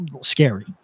scary